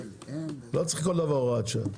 לא צריך לכל דבר הוראת שעה.